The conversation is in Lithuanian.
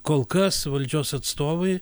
kol kas valdžios atstovai